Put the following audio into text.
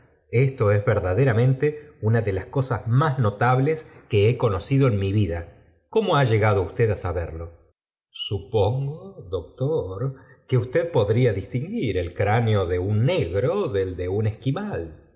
esto es verdaderamente una de laa cosas más notables que be conocido en mi vida cómo ha llegado usted á saberlo supongo doctor que usted podría distinguir el cráneo de un negro del de un esquimal